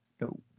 No